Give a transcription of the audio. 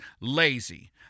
lazy